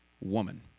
woman